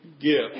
give